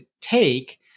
take